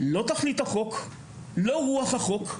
לא על תכלית החוק, לא ברוח החוק.